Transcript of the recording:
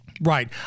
Right